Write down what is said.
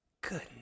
Good